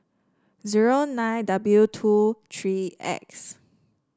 zero nine W two tree X